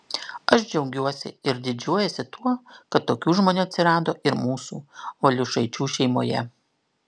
aš džiaugiuosi ir didžiuojuosi tuo kad tokių žmonių atsirado ir mūsų valiušaičių šeimoje